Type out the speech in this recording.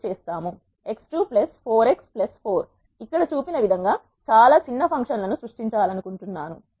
x2 4x 4 ఇక్కడ చూపిన విధంగా చాలా చిన్న ఫంక్షన్ లను సృష్టించాలనుకుంటున్నాను